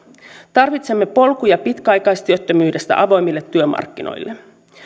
tarvitsemme polkuja pitkäaikaistyöttömyydestä avoimille työmarkkinoille